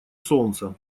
солнца